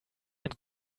and